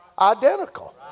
identical